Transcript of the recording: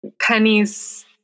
pennies